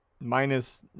minus